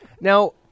Now